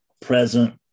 present